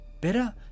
Better